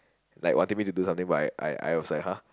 like wanted to me to do something but I I I I was like !huh!